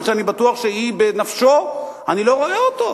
ירושלים, שאני בטוח שהיא בנפשו, אני לא רואה אותו.